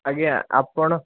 ଆଜ୍ଞା ଆପଣ